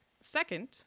Second